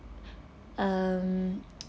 um